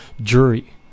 jury